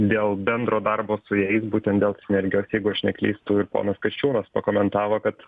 dėl bendro darbo su jais būtent dėl sinenergijos jeigu aš neklystu ir ponas kasčiūnas pakomentavo kad